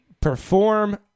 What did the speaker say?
perform